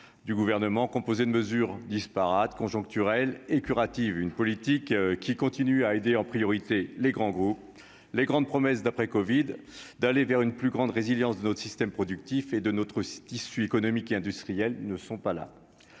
du gouvernement composé de mesures disparates conjoncturelle et curative, une politique qui continue à aider en priorité les grands gros les grandes promesses d'après-Covid d'aller vers une plus grande résilience de notre système productif et de notre tissu économique et industriel ne sont pas là,